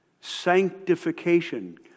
Sanctification